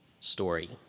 story